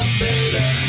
baby